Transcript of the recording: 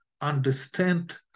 understand